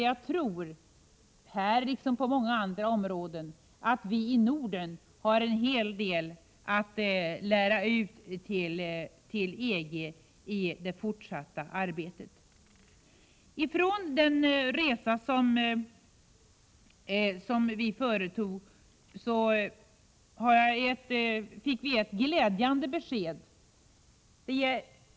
Jag tror att vi i Norden har en hel del att lära ut på detta område, liksom på många andra områden, till EG i det fortsatta arbetet. Under resan till Bryssel gavs ett glädjande besked.